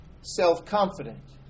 self-confident